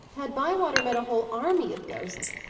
had bywater met a whole army of ghosts,